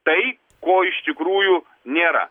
tai ko iš tikrųjų nėra